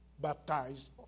baptized